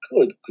Good